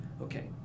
Okay